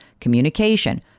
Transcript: communication